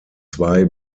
zwei